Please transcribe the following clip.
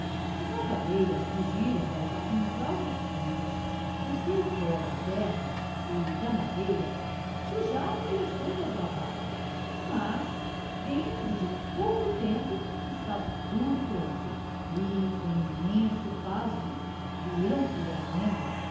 as lavadeiras fugiram para o capinzal dos fundos porque o pó da terra e da madeira sujava lhes a roupa lavada mas dentro de pouco tempo estava tudo pronto e com imenso pasmo viram que a venda